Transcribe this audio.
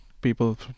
people